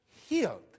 healed